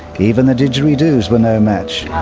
even the didgeridoos were no match.